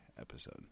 episode